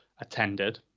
attended